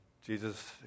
Jesus